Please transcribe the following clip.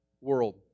world